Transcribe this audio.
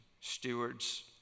stewards